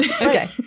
okay